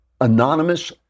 anonymous